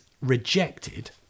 rejected